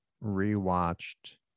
re-watched